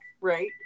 Right